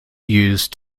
used